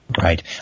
right